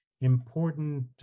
important